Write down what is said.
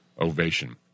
ovation